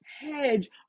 hedge